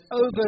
over